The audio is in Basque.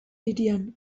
hirian